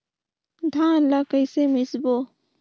धान ला कइसे मिसबो?